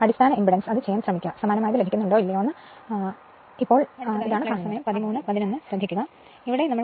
അടിസ്ഥാന ഇംപെഡൻസ് അത് ചെയ്യാൻ ശ്രമിക്കുക സമാനമായത് ലഭിക്കുന്നുണ്ടോ ഇല്ലയോ എന്ന് ഇപ്പോൾ എന്താണ് കാണുന്നത് ഇതാണ് ഇത്